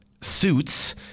suits